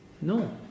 No